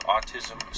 Autism